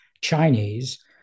Chinese